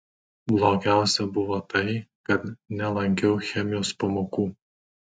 blogiausia buvo tai kad nelankiau chemijos pamokų